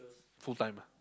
full time ah